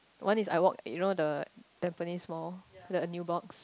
one is I walk you know the Tampines-Mall the a Nubox